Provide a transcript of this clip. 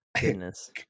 Goodness